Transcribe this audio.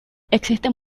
existen